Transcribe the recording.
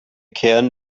kern